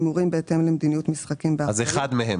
הימורים בהתאם למדיניות "משחקים באחריות",